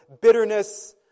bitterness